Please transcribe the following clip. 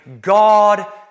God